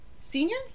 senior